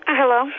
hello